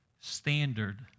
standard